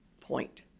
point